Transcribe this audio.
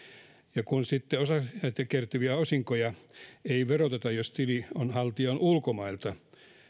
ja kun sitten näitä kertyviä osinkoja ei veroteta jos tilinhaltija on ulkomailta